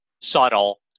subtle